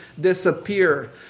disappear